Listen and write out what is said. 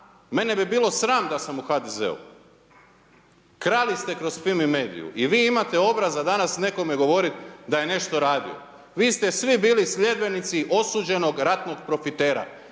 Mene bi bilo sram da sam u HDZ-u. Krali ste kroz Fimi mediju i vi imate obraza danas nekome govoriti da je nešto radio. Vi ste svi bili sljedbenici osuđenog ratnog profitera.